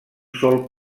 sol